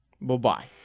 Bye-bye